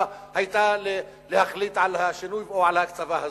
היתה להחליט על השינוי או על ההקצבה הזו,